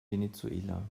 venezuela